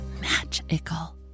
magical